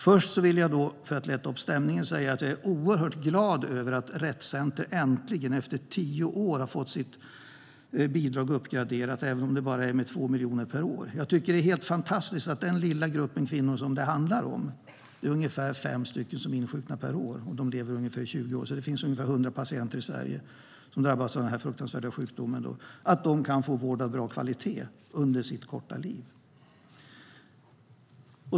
Först vill jag - för att lätta upp stämningen - säga att jag är oerhört glad över att Rett Center äntligen efter tio år har fått sitt bidrag uppgraderat, även om det bara är med 2 miljoner per år. Det är fantastiskt att den lilla grupp kvinnor som det handlar om - det är ungefär fem personer som insjuknar per år och de lever i ungefär 20 år, så det finns omkring 100 patienter i Sverige som drabbas av denna fruktansvärda sjukdom - kan få en vård av bra kvalitet under sitt korta liv.